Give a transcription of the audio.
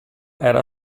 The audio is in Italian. era